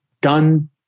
done